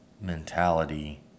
mentality